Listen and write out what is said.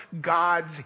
God's